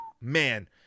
Man